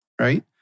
right